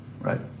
Right